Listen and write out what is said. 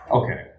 okay